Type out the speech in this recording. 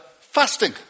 fasting